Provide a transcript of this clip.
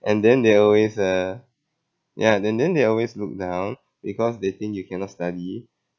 and then they always uh ya then then they always look down because they think you cannot study